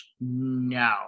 No